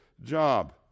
job